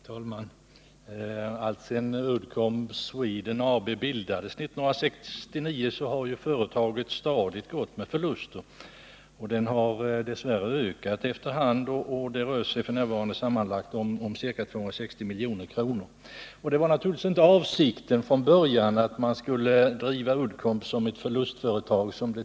Herr talman! Alltsedan Uddcomb Sweden AB bildades år 1969 har företaget stadigt gått med förlust, och denna har dess värre ökat efter hand. Sammanlagt rör det sig nu om en förlust på ca 260 milj.kr. Det var naturligtvis inte avsikten från början att Uddcomb skulle bli ett förlustföretag.